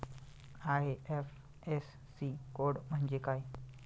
IFSC code म्हणजे काय?